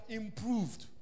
improved